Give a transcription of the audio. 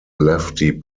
lefty